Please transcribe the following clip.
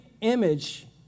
image